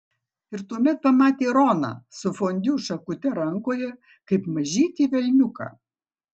ir tuomet pamatė roną su fondiu šakute rankoje kaip mažytį velniuką